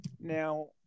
Now